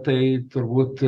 tai turbūt